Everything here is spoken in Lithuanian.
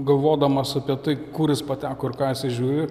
galvodamas apie tai kur jis pateko ir ką jisai žiūri